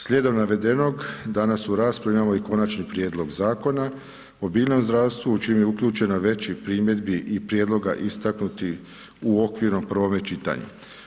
Slijedom navedenog danas u raspravi imamo i Konačni prijedlog Zakona o biljnom zdravstvu u čim je uključena većina primjedbi i prijedloga istaknutih u okvirnom prvome čitanju.